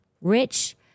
rich